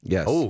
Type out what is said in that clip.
Yes